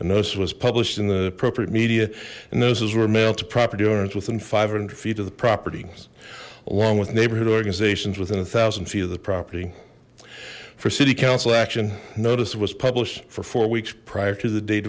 notice was published in the appropriate media and those were mailed to property owners within five hundred feet of the properties along with neighborhood organizations within a thousand feet of the property for city council action notice was published for four weeks prior to the date